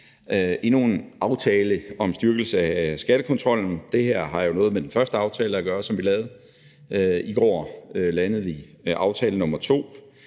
endnu en aftale om styrkelse af skattekontrollen. Det her har jo noget med den første aftale at gøre, som vi lavede. I går landede vi aftale nummer